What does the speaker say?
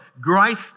Grace